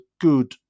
good